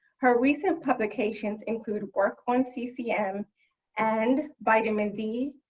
her recent publications include work on ccm and vitamin d,